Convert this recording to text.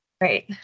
right